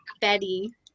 Betty